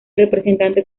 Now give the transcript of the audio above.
representante